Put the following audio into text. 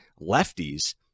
lefties